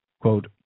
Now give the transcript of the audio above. quote